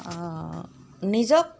নিজক